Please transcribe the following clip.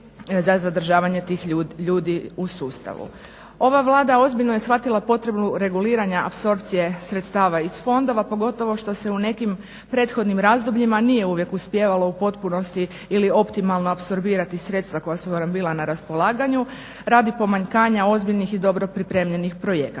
Ova Vlada ozbiljno je shvatila potrebu reguliranja apsorpcije sredstava iz fondova, pogotovo što se u nekim prethodnim razdobljima nije uvijek uspijevalo u potpunosti ili optimalno apsorbirati sredstva koja su nam bila na raspolaganju radi pomanjkanja ozbiljnih i dobro pripremljenih projekata.